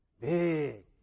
big